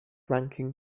ranking